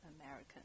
American